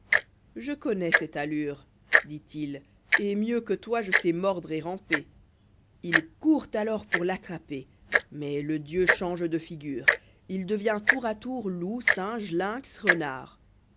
je connois cette allure dit-il et mieux que toi je sais mordre et ramper il court alors pour l'attraper mais le dieu change de figure ii devient tour à tour